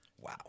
wow